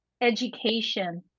education